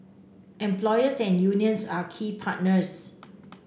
employers and unions are key partners